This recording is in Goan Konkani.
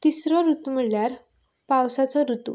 तिसरो रुतू म्हळ्यार पावसाचो रुतू